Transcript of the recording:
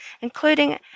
including